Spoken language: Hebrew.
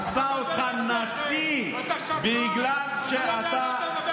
עשה אותך נשיא בגלל שאתה,